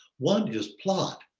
one is plot.